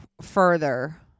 further